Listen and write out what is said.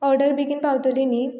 order बेगीन पावतली न्ही